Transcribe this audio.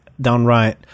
downright